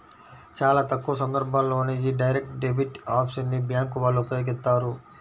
చాలా తక్కువ సందర్భాల్లోనే యీ డైరెక్ట్ డెబిట్ ఆప్షన్ ని బ్యేంకు వాళ్ళు ఉపయోగిత్తారు